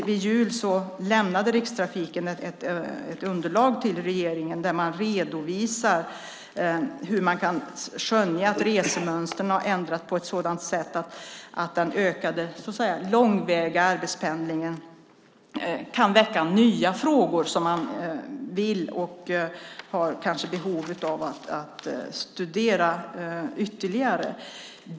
Vid jul lämnade Rikstrafiken ett underlag till regeringen där man redovisar att man kan skönja att resemönstren har ändrats på ett sådant sätt att den ökade långväga arbetspendlingen kan väcka nya frågor som man vill och kanske har behov av att studera ytterligare.